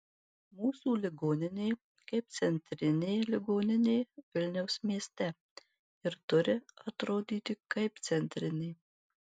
mūsų ligoninė kaip centrinė ligoninė vilniaus mieste ir turi atrodyti kaip centrinė